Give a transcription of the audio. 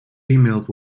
emails